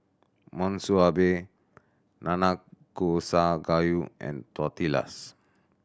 Monsunabe Nanakusa Gayu and Tortillas